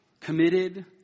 committed